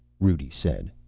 rudi said.